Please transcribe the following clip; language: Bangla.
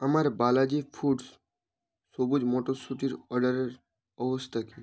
আমার বালাজি ফুডস সবুুজ মটরশুঁটির অর্ডারের অবস্থা কী